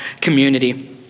community